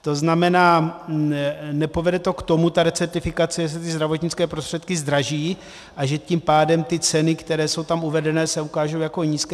To znamená, nepovede to k tomu, ta recertifikace, že se zdravotnické prostředky zdraží, a že tím pádem ceny, které jsou tam uvedené, se ukážou jako nízké?